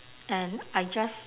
and I just